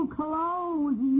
clothes